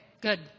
Good